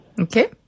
Okay